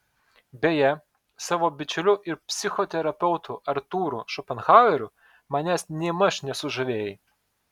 beje savo bičiuliu ir psichoterapeutu artūru šopenhaueriu manęs nėmaž nesužavėjai